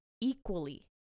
equally